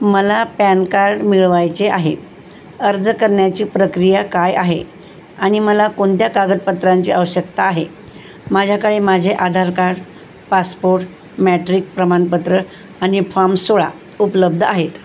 मला pan card मिळवायचे आहे अर्ज करण्याची प्रक्रिया काय आहे आणि मला कोणत्या कागदपत्रांची आवश्यकता आहे माझ्याकडे माझे आधार कार्ड पासपोर्ट मॅट्रिक प्रमाणपत्र आणि फॉम सोळा उपलब्ध आहेत